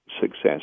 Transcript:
success